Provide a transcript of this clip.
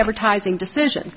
advertising decision